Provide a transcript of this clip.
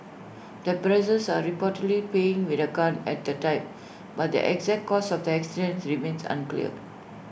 the brothers are reportedly playing with A gun at the time but the exact cause of the accident remains unclear